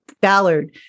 Ballard